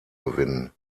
gewinnen